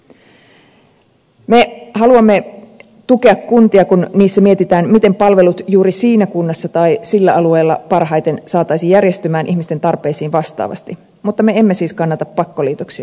me haluamme tukea kuntia kun niissä mietitään miten palvelut juuri siinä kunnassa tai sillä alueella parhaiten saataisiin järjestymään ihmisten tarpeita vastaavasti mutta me emme siis kannata pakkoliitoksia